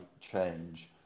change